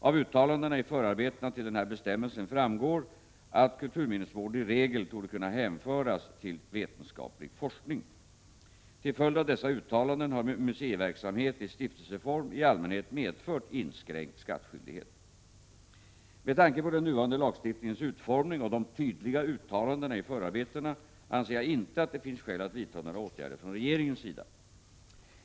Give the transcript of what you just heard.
Av uttalanden i förarbetena till denna bestämmelse framgår att kulturminnesvården i regel torde kunna hänföras till vetenskaplig forskning. Till följd av dessa uttalanden har museiverksamhet i stiftelseform i allmänhet medfört inskränkt skattskyldighet. Med tanke på den nuvarande lagstiftningens utformning och de tydliga uttalandena i förarbetena anser jag inte att det finns skäl att vidta några åtgärder från regeringens sida.